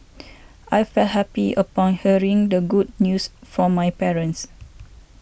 I felt happy upon hearing the good news from my parents